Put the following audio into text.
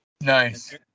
Nice